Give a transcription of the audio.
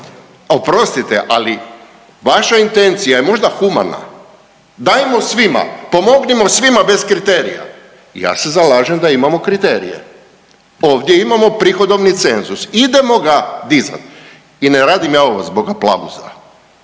oprostite, ali vaša intencija je možda humana, dajmo svima, pomognimo svima bez kriterija, ja se zalažem da imamo kriterije. Ovdje imamo prihodovni cenzus, idemo ga dizat I ne radim ja ovo zbog aplauza,